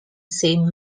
saint